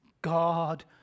god